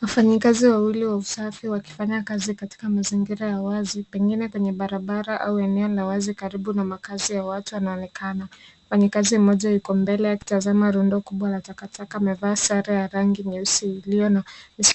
Wafanyakazi wawili wa usafi wakifanya kazi katika mazingira ya wazi pengine kwenye barabara au eneo la wazi karibu na makazi ya watu wanaonekana. Mfanyakazi mmoja ako mbele akitazama rundo ya takataka. Amevaa sare ya rangi nyeusi iliyo na